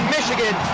Michigan